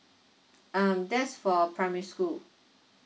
um that's for primary school